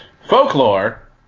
Folklore